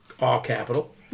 all-capital